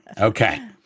Okay